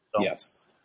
Yes